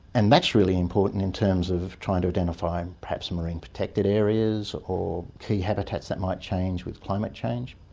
and that's really important in terms of trying to identify and perhaps marine protected areas or key habitats that might change with climate change.